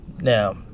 Now